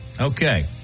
Okay